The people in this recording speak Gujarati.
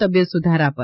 તબિયત સુધારા પર